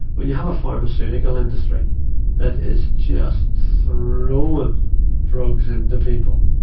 when you have a pharmaceutical industry that is just throwing drugs into people,